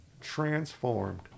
transformed